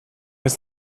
ist